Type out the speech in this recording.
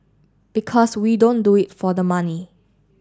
because we don't do it for the money